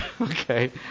okay